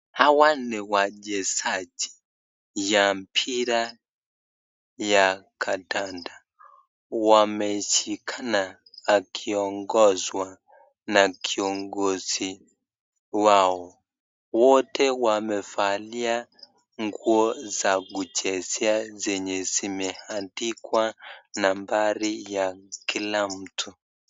Hawa ni wachezaji ya mpira ya kandanda. Wameshikana, wakiongozwa na kiongozi wao. Wote wamevalia nguo za kuchezea zenye zimeandikwa nambari ya kila mtu.